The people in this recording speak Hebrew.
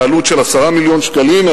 בעלות של 10 מיליון שקלים,